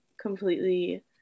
completely